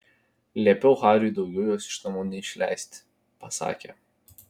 liepiau hariui daugiau jos iš namų neišleisti pasakė